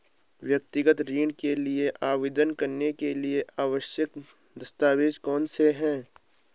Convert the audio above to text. व्यक्तिगत ऋण के लिए आवेदन करने के लिए आवश्यक दस्तावेज़ कौनसे हैं?